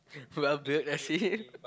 well built I see